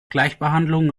gleichbehandlung